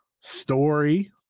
Story